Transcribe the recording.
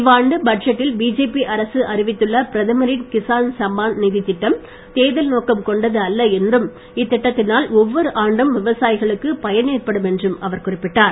இவ்வாண்டு பட்ஜெட்டில் பிஜேபி அரசு அறிவித்துள்ள பிரதமரின் கிஸான் சம்மான் நிதித் திட்டம் தேர்தல் நோக்கம் கொண்டது அல்ல என்றும் இத்திட்டத்தினால் ஒவ்வொரு ஆண்டும் விவசாயிகளுக்கு பயன் ஏற்படும் என்றும் அவர் குறிப்பிட்டார்